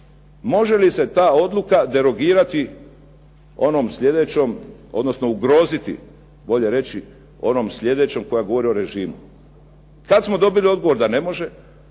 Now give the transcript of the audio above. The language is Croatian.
može li se ta odluka derogirati onom sljedećom odnosno ugroziti bolje reći, onom sljedećom koja govori o režimu. Kad smo dobili odgovor da ne može,